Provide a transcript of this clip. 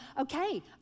Okay